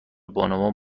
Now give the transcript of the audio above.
بانوان